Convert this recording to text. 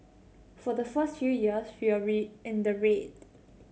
for the first few years we in the red